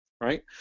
right